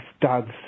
dad's